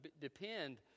depend